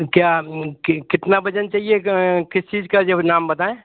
क्या कितना वज़न चाहिए किस चीज़ का ये भी नाम बताऍं